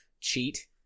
cheat